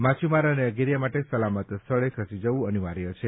માછીમાર અને અગરિયા માટે સલામત સ્થળે ખસી જવું અનિવાર્ય છે